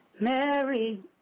Mary